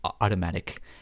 Automatic